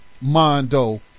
Mondo